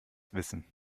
wissen